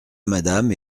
madame